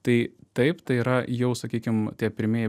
tai taip tai yra jau sakykim tie pirmieji